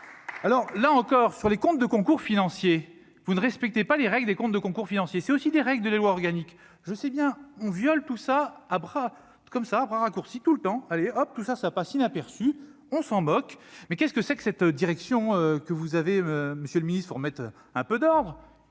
alors là encore sur les comptes de concours financiers, vous ne respectez pas les règles des comptes de concours financiers, c'est aussi des règles de la loi organique, je sais bien, on viole tout ça à bras comme ça à bras raccourcis tout le temps, allez hop tout ça, ça passe inaperçu, on s'en moque, mais qu'est-ce que c'est que cette direction que vous avez, Monsieur le Ministre, pour mettre un peu d'ordre,